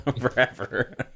forever